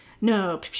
no